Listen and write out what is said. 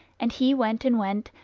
and he went and went,